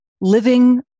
living